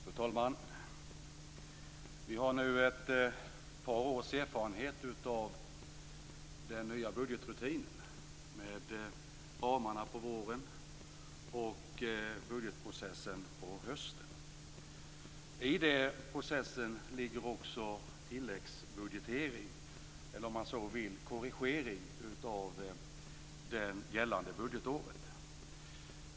Fru talman! Vi har nu ett par års erfarenhet av den nya budgetrutinen med angivandet av ramarna på våren och budgetprocessen på hösten. I den processen ligger också tilläggsbudgeteringen eller korrigeringen av gällande budget.